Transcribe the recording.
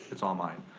it's all mine.